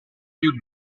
più